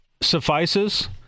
suffices